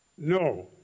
No